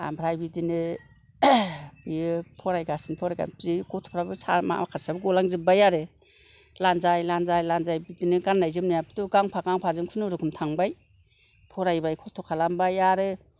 आमफ्राय बिदिनो बियो फरायगासिनो फरायबाय बि गथ'फ्राबो सा माखासेआबो गलांजोबबाय आरो लानजाइ लानजाइ लानजाइ बिदिनो गाननाय जोमनायाबोथ' गांफा गांफाजों खुनुरुखुम थांबाय फरायबाय खस्थ' खालामबाय आरो